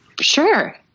sure